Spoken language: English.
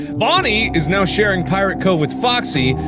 bonnie, is now sharing pirate's cove with foxy,